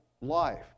life